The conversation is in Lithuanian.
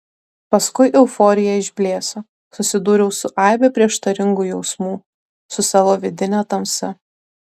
paskui euforija išblėso susidūriau su aibe prieštaringų jausmų su savo vidine tamsa